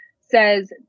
says